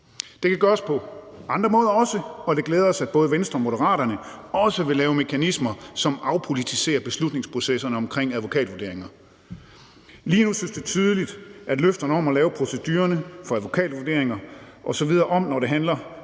Det kan gøres på andre måder også, og det glæder os, at både Venstre og Moderaterne også vil lave mekanismer, som afpolitiserer beslutningsprocesserne omkring advokatvurderinger. Lige nu synes det tydeligt, at løfterne om at lave procedurerne om for advokatvurderinger osv. for Venstre og Moderaterne